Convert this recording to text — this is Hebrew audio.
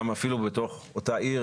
גם אפילו בתוך אותה עיר,